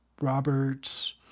Roberts